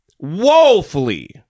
woefully